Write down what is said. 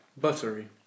buttery